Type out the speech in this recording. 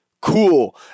Cool